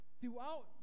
Throughout